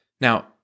Now